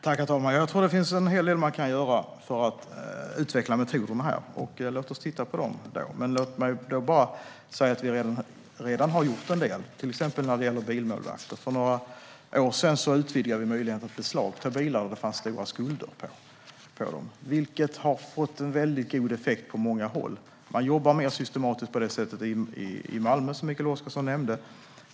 Herr talman! Jag tror att det finns en hel del man kan göra för att utveckla metoderna. Låt oss titta på dem, men låt mig bara säga att vi redan har gjort en del, till exempel när det gäller bilmålvakter. För några år sedan utvidgade vi möjligheterna att beslagta bilar som det finns stora skulder på. Detta har fått väldigt god effekt på många håll. Man jobbar mer systematiskt med detta i Malmö, som Mikael Oscarsson nämnde.